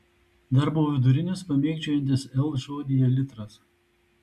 dar buvo vidurinis pamėgdžiojantis l žodyje litras